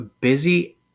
Busy